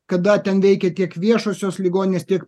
kada ten veikia tiek viešosios ligoninės tiek